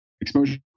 exposure